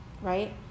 right